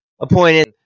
appointed